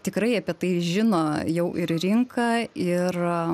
tikrai apie tai žino jau ir rinka ir